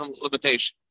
limitation